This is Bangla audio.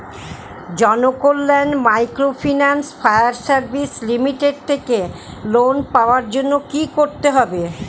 Janakalyan microfinance fire service limited থেকে লোন পাওয়ার জন্য কি করতে হবে?